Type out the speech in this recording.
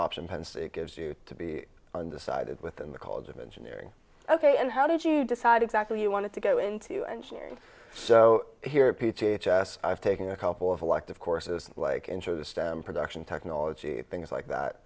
option penn state gives you to be undecided within the college of engineering ok and how did you decide exactly you wanted to go into engineering so here p t h s i've taken a couple of elective courses like enter the stem production technology things like that